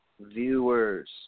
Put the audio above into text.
viewers